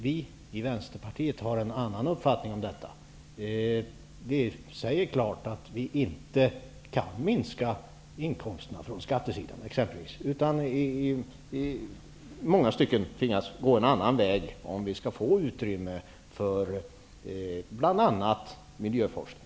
Vi i Vänsterpartiet har en annan uppfattning om detta. Vi säger klart att det inte går att minska inkomsterna på skattesidan. Man tvingas i många stycken att gå en annan väg om det skall bli utrymme för bl.a. miljöforskning.